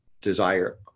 desire